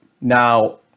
Now